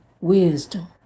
wisdom